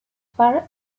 far